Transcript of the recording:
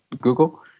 Google